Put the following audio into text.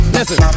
Listen